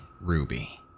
Ruby